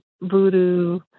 voodoo